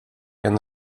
and